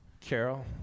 Carol